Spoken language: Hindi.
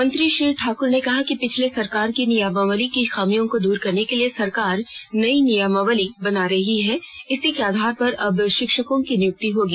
मंत्री श्री ठाक्र ने कहा कि पिछली सरकार की नियमावली की खामियों को दूर करने के लिए सरकार नई नियमावली बना रही है इसी के आधार पर अब शिक्षकों की नियुक्ति होगी